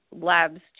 labs